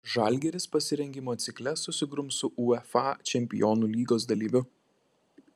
žalgiris pasirengimo cikle susigrums ir su uefa čempionų lygos dalyviu